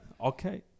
Okay